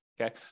Okay